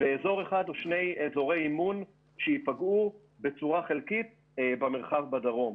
ואזור אחד או שני אזורי אימון שייפגעו בצורה חלקית במרחב בדרום.